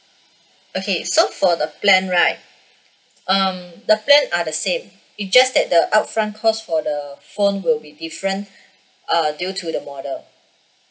okay so for the plan right um the plan are the same it just that the upfront cost for the phone will be different err due to the model